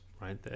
right